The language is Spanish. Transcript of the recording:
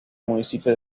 municipio